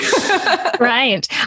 Right